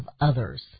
others